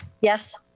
Yes